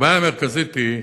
הבעיה המרכזית היא: